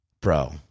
bro